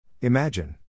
Imagine